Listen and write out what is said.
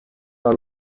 are